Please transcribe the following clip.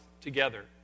together